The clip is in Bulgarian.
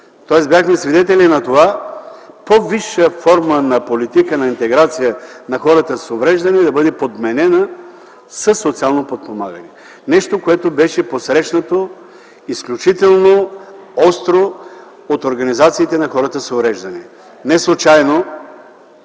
Тоест бяхме свидетели на това по-висша форма на политика за интеграция на хората с увреждания да бъде подменена със социално подпомагане. Нещо, което беше посрещнато изключително остро от организациите на хората с увреждания. Неслучайно